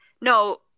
No